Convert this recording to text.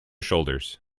shoulders